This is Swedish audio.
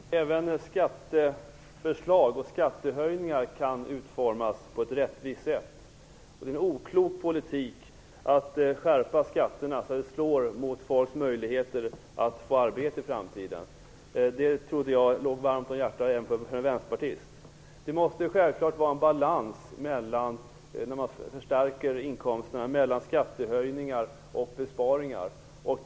Herr talman! Även skatteförslag och skattehöjningar kan utformas på ett rättvist sätt. Det är en oklok politik att skärpa skatterna så att det slår mot människors möjligheter att få arbete i framtiden. Det trodde jag även låg en vänsterpartist varmt om hjärtat. När man förstärker inkomsterna måste det självfallet vara en balans mellan skattehöjningar och besparingar.